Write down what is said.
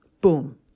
Boom